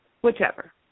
Whichever